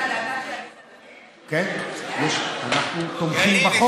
כן, אנחנו תומכים בחוק.